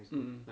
mm